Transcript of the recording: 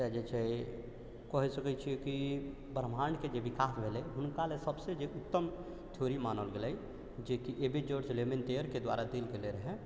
तऽ जे छै कहि सकै छियै कि ब्रह्माण्ड के जे बिकास भेलै हुनका ले जे सभसँ उत्तम थ्योरी मानल गेलै जेकि Abbe Georges Lemaitre के द्वारा देल गेल रहै